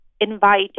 invite